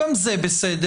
גם זה בסדר.